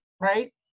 right